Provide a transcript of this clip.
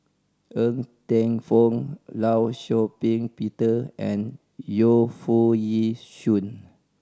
Ng Teng Fong Law Shau Ping Peter and Yu Foo Yee Shoon